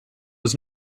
was